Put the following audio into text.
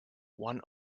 one